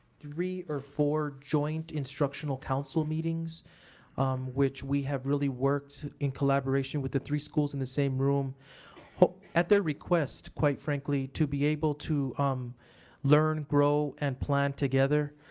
three or four joint instructional council meetings which we have really worked in collaboration with the three schools in the same room at their request, quite frankly, to be able to um learn, grow, and plan together.